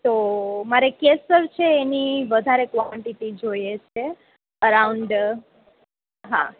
કેસર છે એની વધારે વોરંટી જોઈએ છે અરાઉન્ડ હા